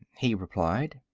he replied.